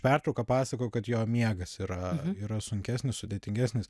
pertrauką pasakojau kad jo miegas yra yra sunkesnis sudėtingesnis